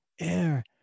Air